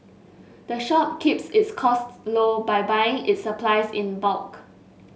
the shop keeps its costs low by buying its supplies in bulk